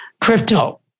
crypto